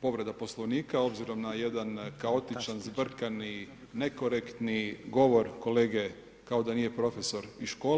povreda poslovnika, obzirom na jedan kaotičan zbrkani nekorektni govor kolege kao da nije profesor iz škole.